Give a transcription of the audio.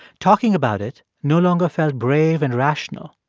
talking about it no longer felt brave and rational.